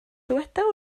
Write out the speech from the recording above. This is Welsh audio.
dyweda